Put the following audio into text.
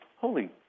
holy